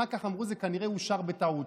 אחר כך אמרו: זה כנראה אושר בטעות.